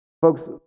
Folks